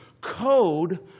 code